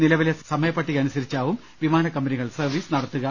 നില വിലെ സമയപട്ടിക അനുസരിച്ചാവും വിമാനകമ്പനികൾ സർവ്വീസ് നടത്തുക